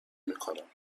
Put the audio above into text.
میکنم